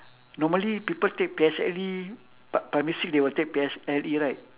normally people take P_S_L_E p~ primary six they will take P_S_L_E right